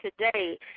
today